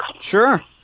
Sure